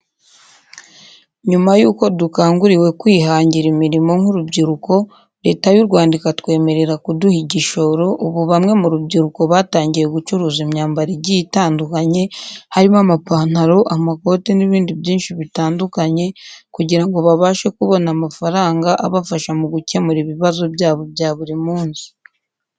Nyuma y'uko dukanguriwe kwihangira imirimo nk'urubyiruko Leta y'u Rwanda ikatwemerera kuduha igishoro ubu bamwe mu rubyiruko batangiye gucuruza imyambaro igiye itandukanye harimo amapantaro, amakote n'ibindi byinshi bitandukanye kugira ngo babashe kubona amafaranga abafasha mu gukemura ibibazo byabo bya buri munsi.